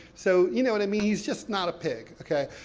so you know what i mean, he's just not a pig, okay.